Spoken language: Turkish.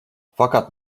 fakat